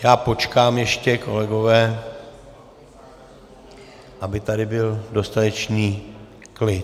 Já počkám ještě, kolegové, aby tady byl dostatečný klid.